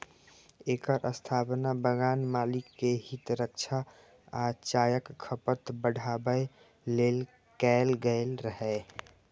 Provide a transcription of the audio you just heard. एकर स्थापना बगान मालिक के हित रक्षा आ चायक खपत बढ़ाबै लेल कैल गेल रहै